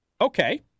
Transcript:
Okay